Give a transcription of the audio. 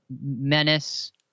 Menace